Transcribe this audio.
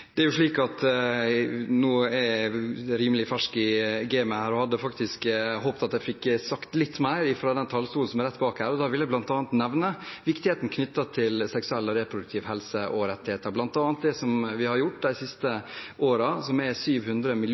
er jo slik at jeg er rimelig fersk i gamet her, og jeg hadde faktisk håpet at jeg skulle få sagt litt mer fra talerstolen rett bak her. Da ville jeg bl.a. nevnt viktigheten av seksuell og reproduktiv helse og tilknyttede rettigheter, bl.a. det vi har gjort de siste årene, med en økning på 700